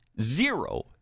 zero